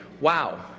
wow